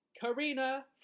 Karina